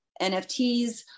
NFTs